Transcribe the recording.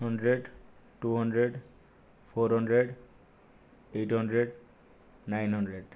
hundred two hundred four hundred eight hundred nine hundred